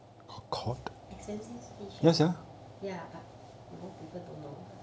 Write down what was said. it's expenses fish leh ya but no people don't know mah